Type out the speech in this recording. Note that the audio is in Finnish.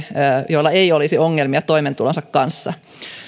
joilla ei olisi ongelmia toimeentulonsa kanssa